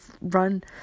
run